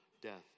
death